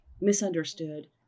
misunderstood